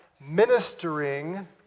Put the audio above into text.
Ministering